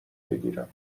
بگیرم